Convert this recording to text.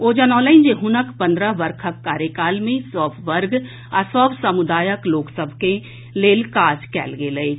ओ जनौलनि जे हुनक पन्द्रह वर्षक कार्यकाल मे सभ वर्ग आ सभ समुदायक लोक सभक लेल काज कयल गेल अछि